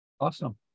Awesome